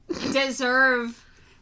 deserve